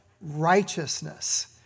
righteousness